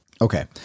Okay